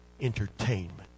entertainment